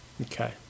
okay